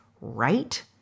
right